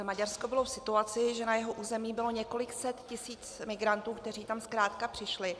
Maďarsko bylo v situaci, že na jeho území bylo několik set tisíc migrantů, kteří tam zkrátka přišli.